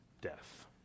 death